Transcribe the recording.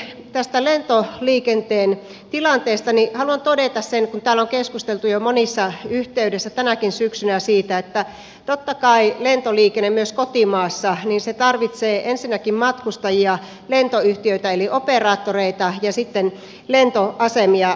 ensinnäkin tästä lentoliikenteen tilanteesta haluan todeta sen kun täällä on keskusteltu jo monessa yhteydessä tänäkin syksynä siitä että totta kai lentoliikenne myös kotimaassa tarvitsee ensinnäkin matkustajia lentoyhtiöitä eli operaattoreita ja sitten lentoasemia